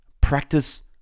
practice